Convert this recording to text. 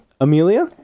amelia